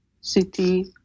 city